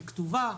היא כתובה,